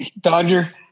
Dodger